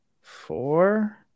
four